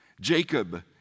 Jacob